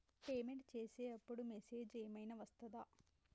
Payment చేసే అప్పుడు message ఏం ఐనా వస్తదా?